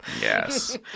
yes